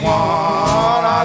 one